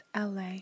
LA